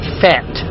fat